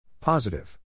Positive